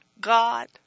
God